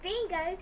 Bingo